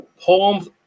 Poems